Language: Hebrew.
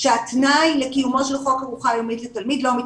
שהתנאי לקיומו של חוק ארוחה יומית לתלמיד לא מתקיים.